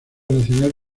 nacional